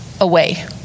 away